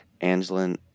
Angelin